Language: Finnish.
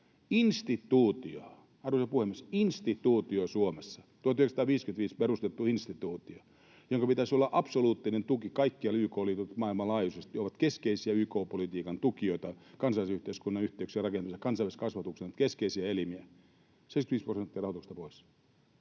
arvoisa puhemies, instituutio Suomessa, 1955 perustettu instituutio, jolla pitäisi olla absoluuttinen tuki. Kaikkialla YK-liitot maailmanlaajuisesti ovat keskeisiä YK-politiikan tukijoita, kansalaisyhteiskunnan yhteyksien rakentajia ja kansainvälisen kasvatuksen keskeisiä elimiä. 75 prosenttia rahoituksesta pois.